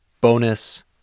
bonus